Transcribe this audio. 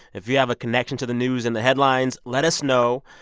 if you have a connection to the news and the headlines, let us know.